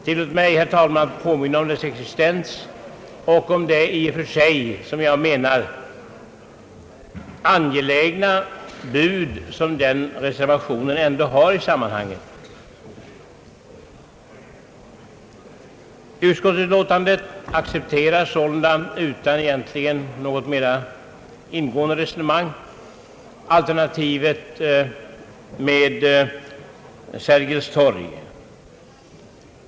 Tillåt mig, herr talman, att påminna om dess existens och om det i och för sig angelägna bud som den reservationen ändå har i sammanhanget. Utskottet accepterar utan något mera ingående resonemang alternativet vid Sergels torg.